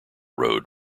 road